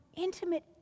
intimate